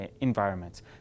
environments